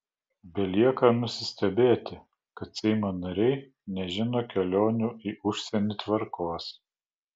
belieka nusistebėti kad seimo nariai nežino kelionių į užsienį tvarkos